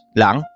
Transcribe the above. lang